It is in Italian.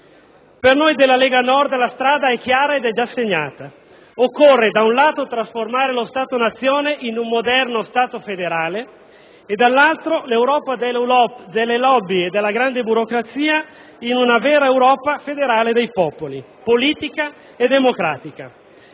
Per noi della Lega Nord la strada è chiara ed è già segnata: occorre trasformare, da un lato, lo Stato-Nazione in un moderno Stato federale e, dall'altro, l'Europa delle *lobbies* e della grande burocrazia in una vera Europa federale dei popoli, politica e democratica.